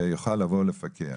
ויוכל לבוא לפקח.